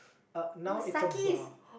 uh now is a bu~